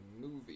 movie